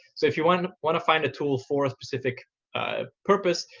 so if you want want to find a tool for a specific ah purpose,